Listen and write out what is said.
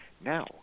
Now